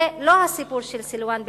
זה לא הסיפור של סילואן בלבד,